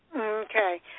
Okay